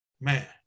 man